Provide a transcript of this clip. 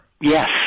Yes